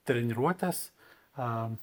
treniruotes a